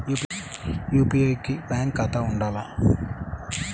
UPI కి bank ఖాతా ఉండాల?